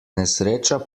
nesreča